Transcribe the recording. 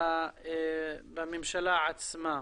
בממשלה עצמה.